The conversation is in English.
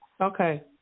Okay